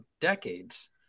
decades